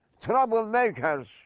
troublemakers